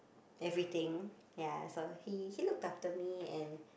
everything ya so he he looked after me and